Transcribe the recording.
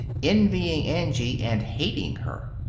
envying angie and hating her.